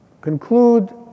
conclude